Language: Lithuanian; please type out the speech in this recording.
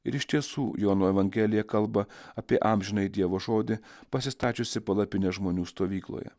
ir iš tiesų jono evangelija kalba apie amžinąjį dievo žodį pasistačiusį palapinę žmonių stovykloje